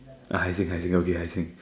I think I think ya okay I think